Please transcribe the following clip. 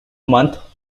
month